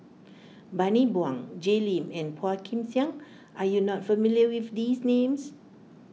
Bani Buang Jay Lim and Phua Kin Siang are you not familiar with these names